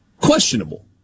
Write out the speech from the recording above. questionable